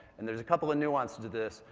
and there's a couple and nuances to this.